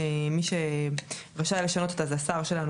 מי שרשאי לשנות אותה זה השר שלנו,